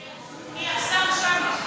יש, השר שם.